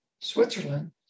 Switzerland